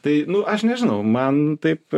tai nu aš nežinau man taip